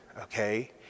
okay